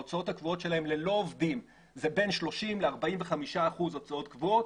ההוצאות הקבועות שלהם ללא עובדים הם בין 30 ל-45 אחוזים הוצאות קבועות.